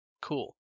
Cool